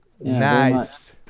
nice